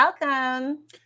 welcome